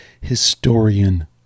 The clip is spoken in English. historian